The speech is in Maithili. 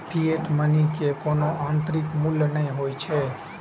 फिएट मनी के कोनो आंतरिक मूल्य नै होइ छै